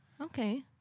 Okay